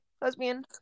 lesbian